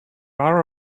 are